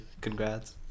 congrats